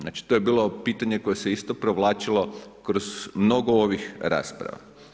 Znači, to je bilo pitanje koje se isto provlačilo kroz mnogo ovih rasprava.